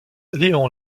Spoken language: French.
léon